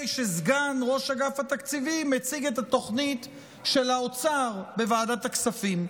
שסגן ראש אגף תקציבים הציג את התוכנית של האוצר בוועדת הכספים.